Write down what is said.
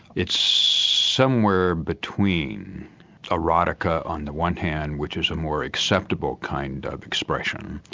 it's somewhere between erotica on the one hand, which is a more acceptable kind of expression,